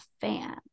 fan